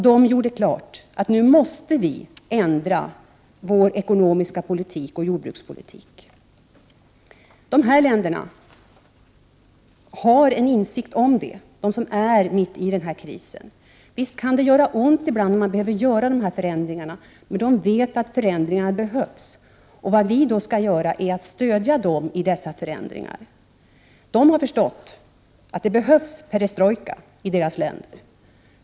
De gjorde då klart att nu måste vi ändra vår ekonomiska politik och jordbrukspolitik. De här länderna, som befinner sig mitt i krisen, har en insikt om detta. Visst kan det göra ont ibland, när man behöver göra dessa förändringar. Men de vet att förändringarna behövs. Vad vi då skall göra är att stödja dem i dessa förändringar. Afrikaner har förstått att det behövs perestrojka i deras länder.